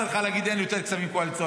להגיד: אין יותר כספים קואליציוניים.